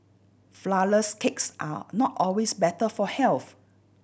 flourless cakes are not always better for health